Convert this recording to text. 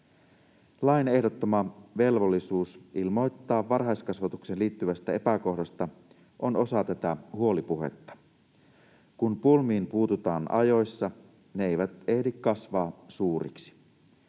Lain ehdottama velvollisuus ilmoittaa varhaiskasvatukseen liittyvästä epäkohdasta on osa tätä huolipuhetta. Kun pulmiin puututaan ajoissa, ne eivät ehdi kasvaa suuriksi.